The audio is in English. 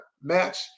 match